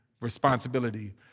responsibility